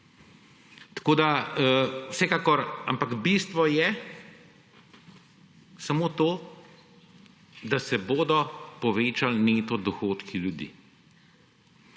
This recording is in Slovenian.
ekonomiko zraven. Ampak bistvo je samo to, da se bodo povečali neto dohodki ljudi.